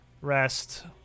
...rest